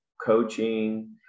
coaching